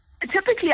Typically